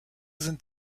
sind